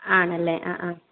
ആണല്ലേ ആ ആ